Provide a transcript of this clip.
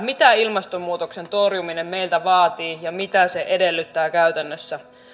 mitä ilmastonmuutoksen torjuminen meiltä vaatii ja mitä se edellyttää käytännössä